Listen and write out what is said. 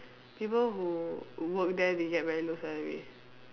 people who work there they get very low salary